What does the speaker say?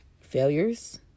Failures